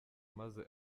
maze